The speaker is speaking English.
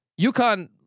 UConn